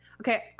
Okay